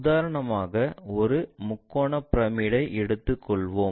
உதாரணமாக ஒரு முக்கோண பிரமிட்டை எடுத்துக் கொள்வோம்